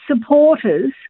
supporters